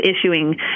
issuing